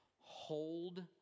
Hold